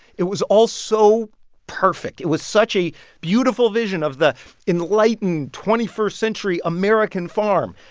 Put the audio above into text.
it was all so perfect. it was such a beautiful vision of the enlightened twenty first century american farm.